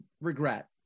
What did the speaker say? regret